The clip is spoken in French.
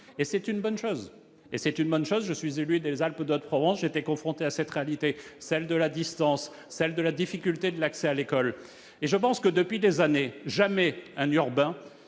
et c'est une bonne chose. Je suis moi-même élu des Alpes-de-Haute-Provence, j'étais confronté à cette réalité, celle de la distance, de la difficulté de l'accès à l'école. Je pense que, depuis des années, jamais un urbain